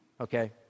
Okay